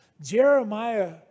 Jeremiah